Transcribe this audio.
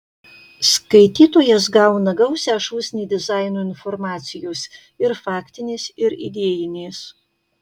skaitytojas gauna gausią šūsnį dizaino informacijos ir faktinės ir idėjinės